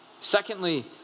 Secondly